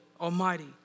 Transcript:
Almighty